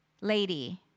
Lady